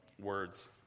words